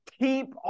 keep